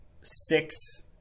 six